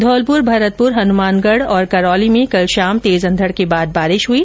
धौलपुर भरतपुर हनुमानगढ और करौली में कल शाम तेज अंधड के बाद बारिश हुई